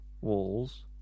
Walls